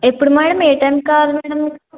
ఎప్పుడు మేడం ఏ టైంకి కావాలి మేడం మీకు